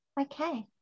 Okay